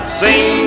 sing